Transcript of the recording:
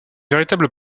véritable